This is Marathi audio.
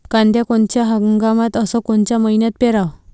कांद्या कोनच्या हंगामात अस कोनच्या मईन्यात पेरावं?